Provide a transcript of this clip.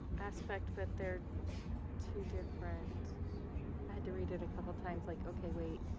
aspect, but they're two different i had to read it a couple of times like okay, wait